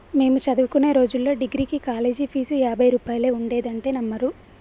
మేము చదువుకునే రోజుల్లో డిగ్రీకి కాలేజీ ఫీజు యాభై రూపాయలే ఉండేదంటే నమ్మరు